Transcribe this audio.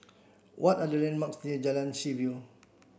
what are the landmarks near Jalan Seaview